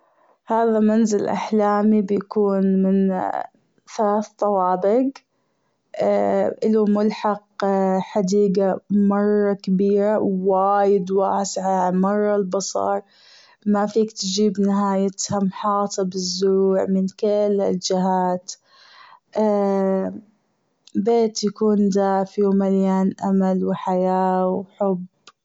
هذا منزل أحلامي بيكون من ثلاث طوابج إله ملحق حديجة مرة كبيرة وايد واسعة على مر البصر مافيك تجيب نهايتها محاطة بالزروع من كل الجهات بيت يكون دافي ومليان أمل وحياة وحب.